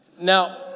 Now